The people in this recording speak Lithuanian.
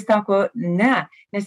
sako ne nes